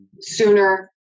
sooner